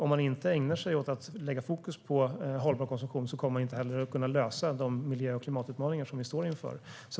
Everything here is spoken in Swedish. Om man inte ägnar sig åt att lägga fokus på hållbar konsumtion kommer man inte heller att kunna lösa de miljö och klimatutmaningar som vi står inför.